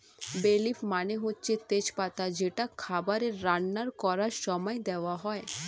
বে লিফ মানে হচ্ছে তেজ পাতা যেটা খাবারে রান্না করার সময়ে দেওয়া হয়